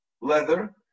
leather